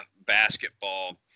basketball